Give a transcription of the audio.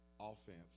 offense